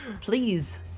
Please